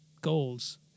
goals